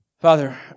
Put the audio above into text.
Father